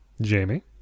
Jamie